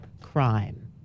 crime